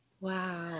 Wow